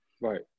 Right